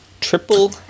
Triple